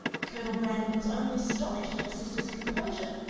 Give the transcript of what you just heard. colonel brandon was only astonished at her sister's composure,